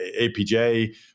APJ